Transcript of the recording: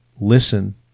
listen